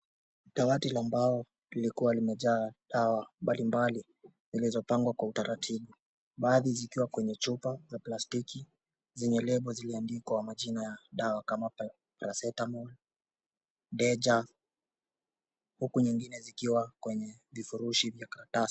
Dawati la mbao lilikuwa limejaa dawa mbalimbali zilizopangwa kwa utaratibu. Baadhi zikiwa kwenye chupa za plastiki zenye label zimeandikwa majina ya dawa kama Paracetamol, Deja huku nyingine zikiwa kwenye vifurushi vya karatasi.